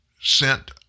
sent